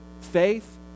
faith